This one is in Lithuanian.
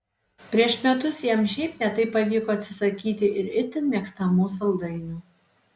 prieš metus jam šiaip ne taip pavyko atsisakyti ir itin mėgstamų saldainių